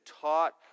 taught